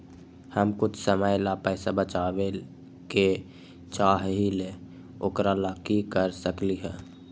हम कुछ समय ला पैसा बचाबे के चाहईले ओकरा ला की कर सकली ह?